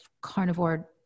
carnivore-